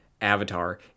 avatar